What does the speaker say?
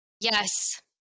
Yes